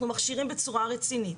אנחנו מכשירים בצורה רצינית,